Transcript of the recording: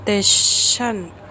station